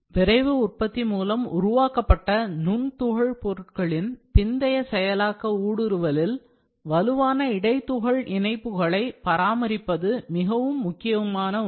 விரைவு உற்பத்தி மூலம் உருவாக்கப்பட்ட நுண்துகள் பொருட்களின் பிந்தைய செயலாக்க ஊடுருவலுக்கு வலுவான இடைதுகள் இணைப்புகளை பராமரிப்பது மிகவும் முக்கியமான ஒன்று